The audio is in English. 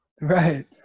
right